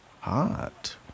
Hot